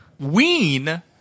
Ween